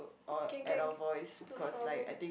can can no problem